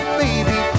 baby